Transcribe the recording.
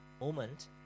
moment